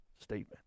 statement